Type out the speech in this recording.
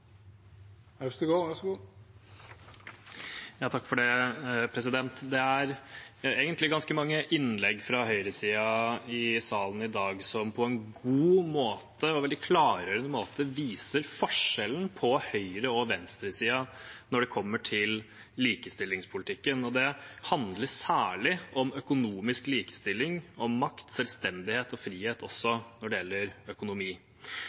Det er egentlig ganske mange innlegg fra høyresiden i salen i dag som på en god og veldig klargjørende måte viser forskjellen på høyre- og venstresiden når det kommer til likestillingspolitikken. Det handler særlig om økonomisk likestilling, om makt, selvstendighet og frihet også når det gjelder økonomi.